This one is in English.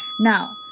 Now